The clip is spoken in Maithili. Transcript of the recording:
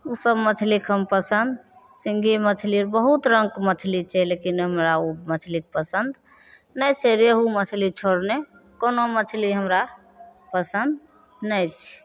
ओसब मछली कम पसन्द सिँगही मछली बहुत रङ्गके मछली छै लेकिन हमरा ओ मछली पसन्द नहि छै रेहू मछली छोड़ि ने कोनो मछली हमरा पसन्द नहि छै